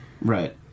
Right